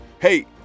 hey